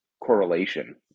correlation